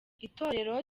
itorero